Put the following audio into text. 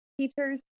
teachers